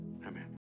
Amen